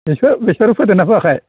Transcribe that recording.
बेसर फोदोंना फोआखै